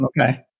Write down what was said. Okay